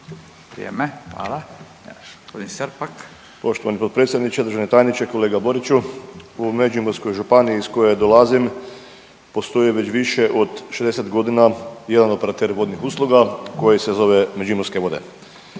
**Srpak, Dražen (HDZ)** Poštovani potpredsjedniče, državni tajniče, kolega Boriću. U Međimurskoj županiji iz koje dolazim postoji već više od šezdeset godina jedan operater vodnih usluga koji se zove Međimurske vode.